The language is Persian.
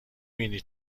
بینی